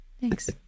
Thanks